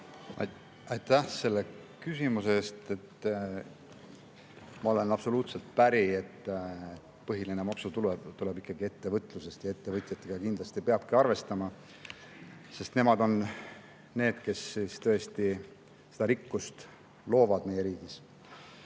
Aitäh selle küsimuse eest! Ma olen absoluutselt päri, et põhiline maksutulu tuleb ikkagi ettevõtlusest ja ettevõtjatega kindlasti peab arvestama, sest nemad on need, kes tõesti seda rikkust loovad meie riigis.